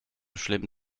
schlimm